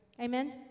amen